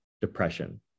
depression